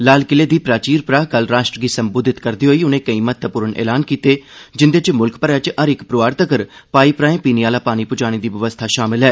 लाल किले दी प्राचीर परा कल राष्ट्र गी संबोधित करदे होई उनें कोई महत्वपूर्ण ऐलान कीते जिंदे च मुल्ख भरै च हर इक परोआर तक्कर पाईप राएं पीने आह्ला पानी पुजाने दी बवस्था शामल ऐ